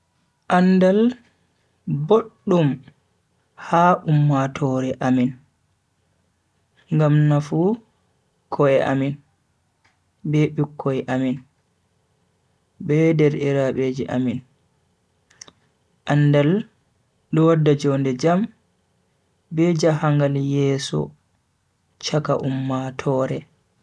Andaal boddum ha ummatore amin ngam nafu ko'e amin, be bikkoi amin, be derdiraabeji amin, andaal do wadda jonde jam be jahangal yeso chaka ummatooore.